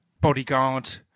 Bodyguard